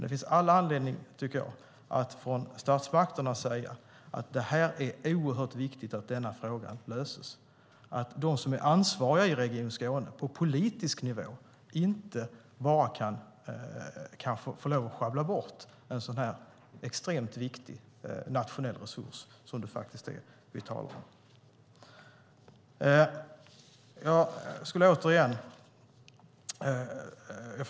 Det finns all anledning, tycker jag, att från statsmaktens sida se till att de som är ansvariga på politisk nivå i Region Skåne inte bara kan få lov att schabbla bort en sådan extremt viktig nationell resurs som det faktiskt är vi talar om.